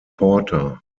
porter